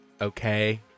okay